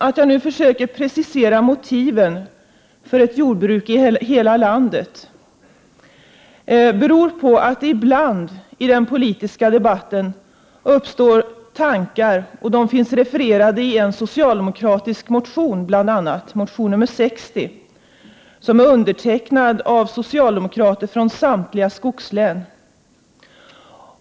Att jag nu försöker precisera motiven för att man skall ha ett jordbruk i hela landet beror på att det ibland i den politiska debatten uppstår sådana tankar som de som bl.a. finns refererade i socialdemokraternas motion nr Jo60, som är undertecknad av socialdemokrater från samtliga skogslän.